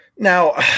now